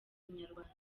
inyarwanda